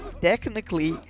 technically